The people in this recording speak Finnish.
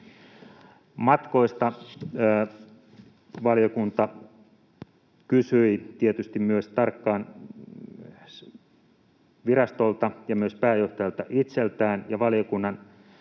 Matkoista valiokunta kysyi tietysti myös tarkkaan virastolta ja myös pääjohtajalta itseltään, ja valiokunnan